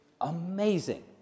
amazing